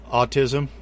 Autism